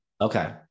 Okay